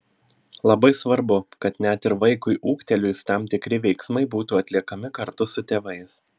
labai svarbu kad net ir vaikui ūgtelėjus tam tikri veiksmai būtų atliekami kartu su tėvais